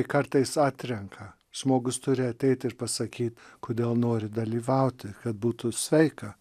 kartais atrenka žmogus turi ateit ir pasakyti kodėl nori dalyvauti kad būtų sveika